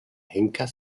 henker